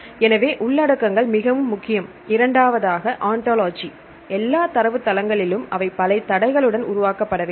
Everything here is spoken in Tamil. எனவே உள்ளடக்கங்கள் மிகவும் முக்கியம் இரண்டாவதாக ஒன்டோலஜி எல்லா தரவுத்தளங்களிலும் அவை பல தடைகளுடன் உருவாக்கப்பட வேண்டும்